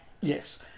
Yes